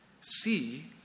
See